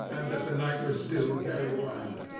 and that the night was still very wild.